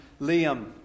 Liam